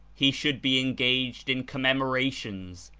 he should be engaged in commemora tions,